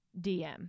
DM